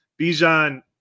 Bijan